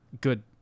good